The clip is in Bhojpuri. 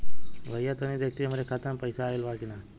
भईया तनि देखती हमरे खाता मे पैसा आईल बा की ना?